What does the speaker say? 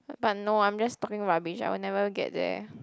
but no I'm just talking rubbish I will never get there